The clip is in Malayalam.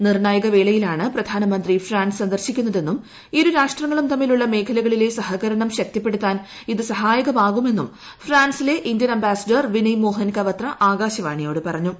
നിർണ്ണായക വേളയിലാണ് പ്രധാനമന്ത്രി ഫ്രാൻസ് സന്ദർശിക്കുന്നതെന്നും ഇരുരാഷ്ട്രങ്ങളും തമ്മിലുള്ള മേഖലകളിലെ സഹകരണം ശക്തിപ്പെടുത്താൻ ഇത് സഹായകമാകുമെന്നും ഫ്രാൻസിലെ ഇന്ത്യൻ അംബാസിഡർ വിനെയ് മോഹൻ കവത്ര ആകാശവാണിയോട് പറഞ്ഞു